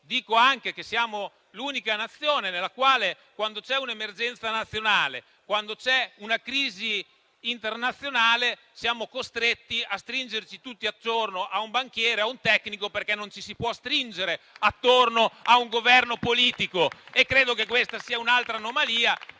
dico anche che la nostra è l'unica Nazione nella quale, quando c'è un'emergenza nazionale o quando c'è una crisi internazionale, siamo costretti a stringerci tutti intorno a un banchiere o a un tecnico, perché non ci si può stringere intorno a un Governo politico e credo che questa sia un'altra anomalia.